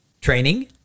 training